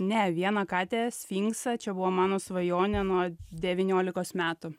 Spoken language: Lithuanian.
ne vieną katę sfinksą čia buvo mano svajonė nuo devyniolikos metų